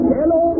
Hello